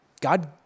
god